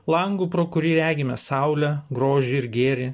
langu pro kurį regime saulę grožį ir gėrį